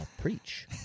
preach